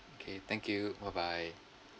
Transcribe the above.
okay thank you bye bye